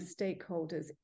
stakeholders